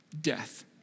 death